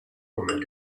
woman